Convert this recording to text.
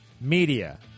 media